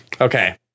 Okay